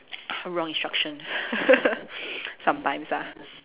wrong instruction sometimes ah